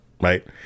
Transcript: right